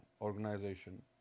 organization